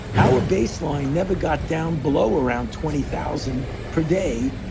our baseline never got down below around twenty thousand per day.